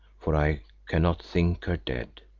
for i cannot think her dead.